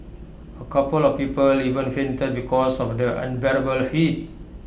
A couple of people even fainted because of the unbearable heat